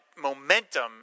momentum